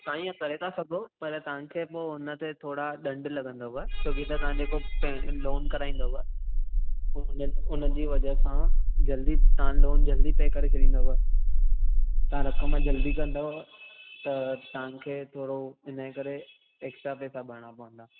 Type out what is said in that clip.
तव्हां हीअं करे था सघो पर तव्हांखे पोइ हुन ते थोरा ॾंढ लॻंदव त जीअं तव्हां जेको लोन कराईंदव हुननि जी वजह सां जल्दी तव्हांजो लोन जल्दी पे करे छॾींदव तव्हां रक़म जल्दी कंदव त तव्हांखे थोरो हिनजे करे एक्स्ट्रा पैसा भरिणा पवंदा